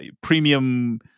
premium